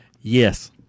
Yes